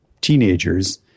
teenagers